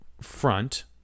front